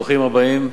ברוכים הבאים.